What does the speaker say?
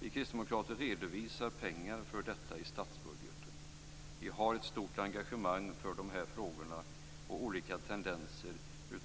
Vi kristdemokrater redovisar pengar för detta i statsbudgeten. Vi har ett stort engagemang i dessa frågor och mot olika tendenser till